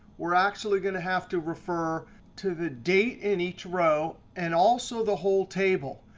we're actually going to have to refer to the date in each row, and also the whole table.